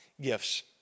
gifts